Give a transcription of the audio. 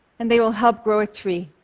and they will help grow a tree.